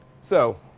so,